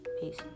peace